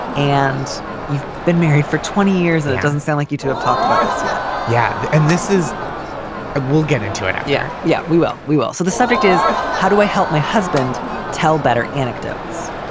and you've been married for twenty years. and it doesn't sound like you two have talked about this yet yeah. and this is a. we'll get into it um yeah. yeah, we will. we will. so the subject is how do i help my husband tell better anecdotes,